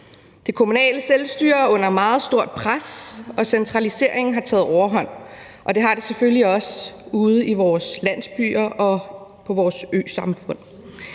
Det kommunale selvstyre er under meget stort pres, og centraliseringen har taget overhånd. Det har den selvfølgelig også ude i vores landsbyer og i vores øsamfund.